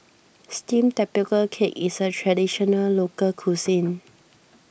Steamed Tapioca Cake is a Traditional Local Cuisine